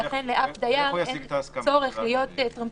ולכן לאף דייר אין צורך להיות טרמפיסט,